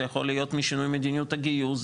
זה יכול להיות משינוי מדיניות הגיוס,